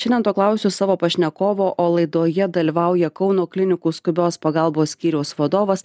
šiandien to klausiu savo pašnekovo o laidoje dalyvauja kauno klinikų skubios pagalbos skyriaus vadovas